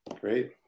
great